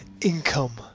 income